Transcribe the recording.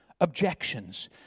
objections